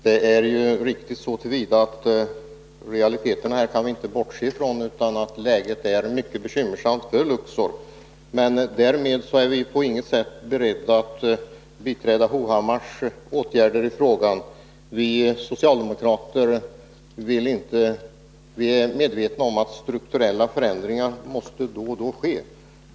Fru talman! Det Erik Hovhammar säger är riktigt så till vida att vi inte kan bortse från realiteter — läget är mycket bekymmersamt för Luxor. Men därmed är vi inte på något sätt beredda att biträda Erik Hovhammars åtgärder. Vi socialdemokrater är medvetna om att strukturella förändringar då och då måste ske.